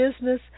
business